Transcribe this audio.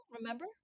remember